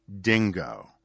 dingo